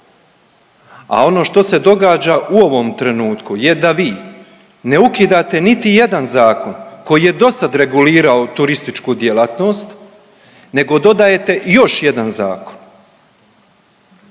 a ono što se događa u ovom trenutku je da vi ne ukidate niti jedan zakon koji je dosad regulirao turističku djelatnost nego dodajete još jedan zakon,